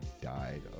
died